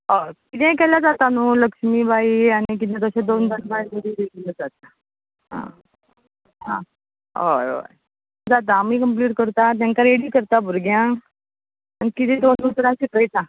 हय किदेंय केल्यार जाता न्हू लक्ष्मीबाई आनी किदें तशें दोन आसात आं आं हय हय जाता आमी कम्प्लीट करता तांकां रेडी करता भुरग्यांक आनी किदें दोन उतरां शिकयता